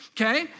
okay